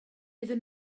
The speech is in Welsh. iddyn